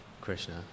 Krishna